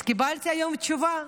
אז קיבלתי היום תשובה.